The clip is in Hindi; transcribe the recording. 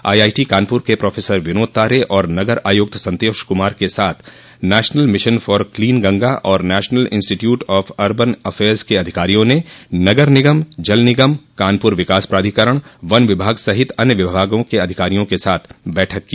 आईआईटी कानपुर के प्राफेसर विनोद तारे और नगर आयुक्त संतोष कुमार के साथ National Mission for Clean Ganga और National Institute of Urban Affairs के अधिकारियों ने नगर निगम जल निगम कानपुर विकास प्राधिकरण वन विभाग सहित अन्य विभागों क अधिकारियों के साथ बैठक की